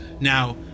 Now